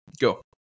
go